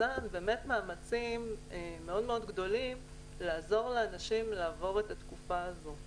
באמת נעשו מאמצים מאוד מאוד גדולים לעזור לאנשים לעבור את התקופה הזאת.